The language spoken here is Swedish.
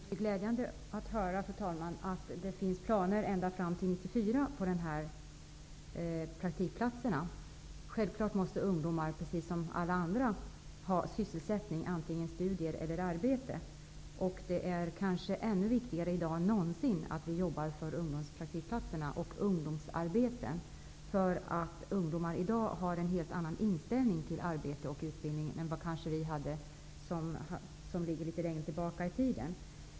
Fru talman! Det är glädjande att det finns planer ända fram till 1994 när det gäller dessa praktikplatser. Självklart måste ungdomar, precis som alla andra, ha sysselsättning antingen i form av studier eller arbete. Det är kanske ännu viktigare i dag än någonsin tidigare att vi jobbar för ungdomspraktikplatser och ungdomsarbete. Ungdomar har i dag en helt annan inställning till arbete och utbildning än vad ungdomar hade litet längre tillbaka i tiden.